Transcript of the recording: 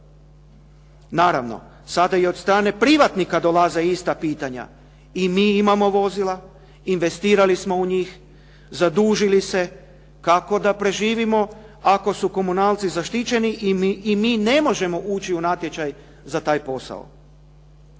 Naravno, sada i od strane privatnika dolaze ista pitanja. I mi imamo vozila, investirali smo u njih, zadužili se. Kako da preživimo ako su komunalci zaštićeni i mi ne možemo ući u natječaj za taj posao?